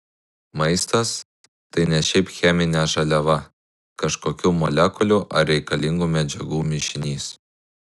maistas tai ne šiaip cheminė žaliava kažkokių molekulių ar reikalingų medžiagų mišinys